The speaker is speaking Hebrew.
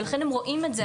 ולכן הם רואים את זה היום.